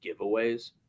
giveaways